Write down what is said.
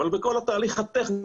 אבל בכל התהליך הטכני,